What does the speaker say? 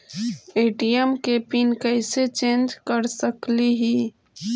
ATM के pin कैसे change कर सकली ही?